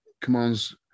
commands